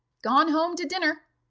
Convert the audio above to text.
gone home to dinner,